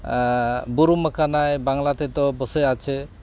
ᱵᱩᱨᱩᱢ ᱟᱠᱟᱱᱟᱭ ᱵᱟᱝᱞᱟ ᱛᱮᱫᱚ ᱵᱚᱥᱮ ᱟᱪᱷᱮ